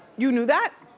you knew that?